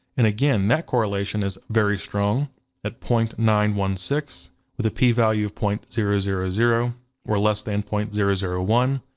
and again, that correlation is very strong at point nine one six, with a p-value of point zero zero zero or less than point zero zero one.